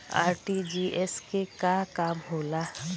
RTGS के का काम होला?